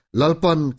lalpan